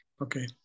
Okay